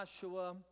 Joshua